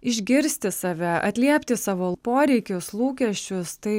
išgirsti save atliepti savo poreikius lūkesčius tai